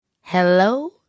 Hello